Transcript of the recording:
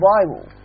Bible